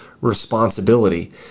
responsibility